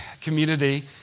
community